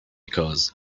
because